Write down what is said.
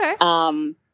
Okay